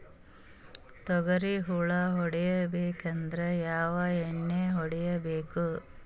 ತೊಗ್ರಿ ಹುಳ ಹೊಡಿಬೇಕಂದ್ರ ಯಾವ್ ಎಣ್ಣಿ ಹೊಡಿಬೇಕು?